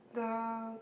the